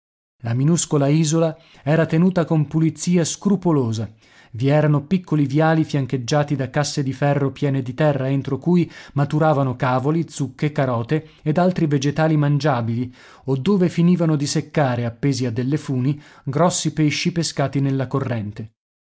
la minuscola isola era tenuta con pulizia scrupolosa i erano piccoli viali fiancheggiati da casse di ferro piene di terra entro cui maturavano cavoli zucche carote ed altri vegetali mangiabili o dove finivano di seccare appesi a delle funi grossi pesci pescati nella corrente